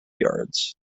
yards